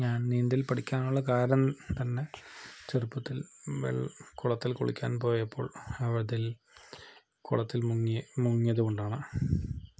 ഞാൻ നീന്തൽ പഠിക്കാനുള്ള കാരണം തന്നെ ചെറുപ്പത്തിൽ വെള്ളം കുളത്തിൽ കുളിക്കാൻ പോയപ്പോൾ അതിൽ കുളത്തിൽ മുങ്ങിയത് കൊണ്ടാണ്